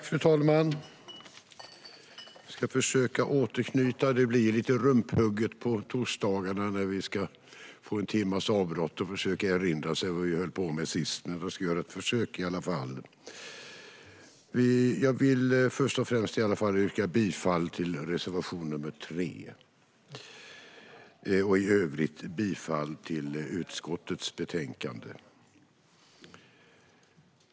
Fru talman! Jag ska försöka återknyta till debatten tidigare. Det blir lite rumphugget på torsdagarna när vi får en timmes avbrott. Vi får försöka erinra oss om vad vi höll på med sist. Jag ska i alla fall göra ett försök. Först och främst vill jag yrka bifall till reservation nr 3, och i övrigt yrkar jag bifall till förslaget i betänkandet.